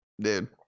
Dude